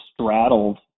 straddled